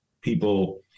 people